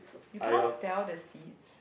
you cannot tell the seats